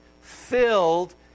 filled